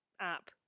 app